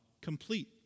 complete